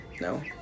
No